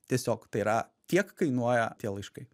tiesiog tai yra tiek kainuoja tie laiškai